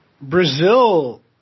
Brazil